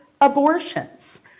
abortions